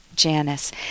Janice